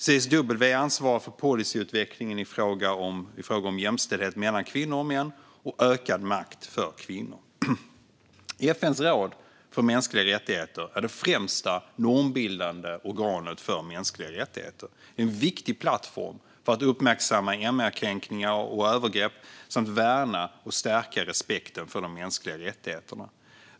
CSW ansvarar för policyutvecklingen i frågor om jämställdhet mellan kvinnor och män och ökad makt för kvinnor. FN:s råd för mänskliga rättigheter är det främsta normbildande organet för mänskliga rättigheter. Det är en viktig plattform för att uppmärksamma MR-kränkningar och övergrepp samt värna och stärka respekten för de mänskliga rättigheterna.